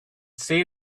see